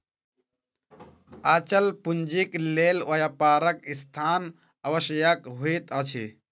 अचल पूंजीक लेल व्यापारक स्थान आवश्यक होइत अछि